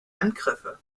angriffe